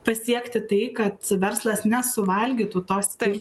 pasiekti tai kad verslas nesuvalgytų tos tai